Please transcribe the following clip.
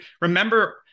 remember